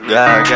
God